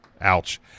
ouch